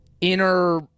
inner